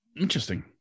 Interesting